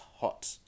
hot